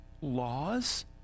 laws